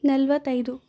ನಲವತ್ತೈದು